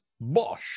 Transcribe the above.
Bosch